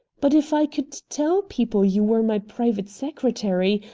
but if i could tell people you were my private secretary,